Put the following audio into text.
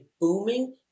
booming